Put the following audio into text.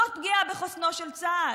זו פגיעה בחוסנו של צה"ל.